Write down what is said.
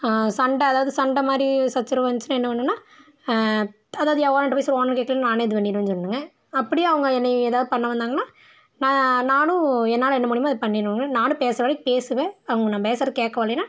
சண்டை அதாவது சண்டை மாதிரி சச்சரவு வந்துச்சின்னா என்ன பண்ணுவேன்னா து அதாவது என் ஓனர்கிட்ட போய் சொல்லுவேன் ஓனர் கேட்கலனா நானே இது பண்ணிடுவேன் சொல்லணுங்க அப்படியும் அவங்க என்னை ஏதா பண்ண வந்தாங்கன்னால் நான் நானும் என்னால் என்ன முடியுமோ அதை பண்ணிடுவேங்க நானும் பேசுகிற வரைக்கு பேசுவேன் அவங்க நான் பேசுறதை கேட்க வரலின்னா